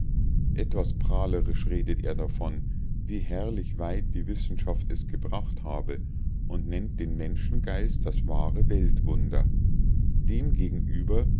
etwas prahlerisch redet er davon wie herrlich weit die wissenschaft es gebracht habe und nennt den menschengeist das wahre weltwunder dem gegenüber